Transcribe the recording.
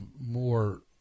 more